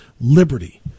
liberty